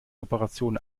operationen